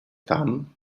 tam